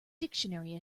dictionary